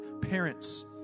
Parents